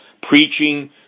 preaching